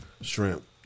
shrimp